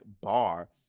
bar